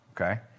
okay